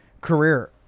career